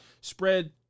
spread